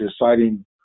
deciding